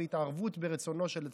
בהתערבות ברצונו של הציבור,